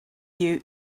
you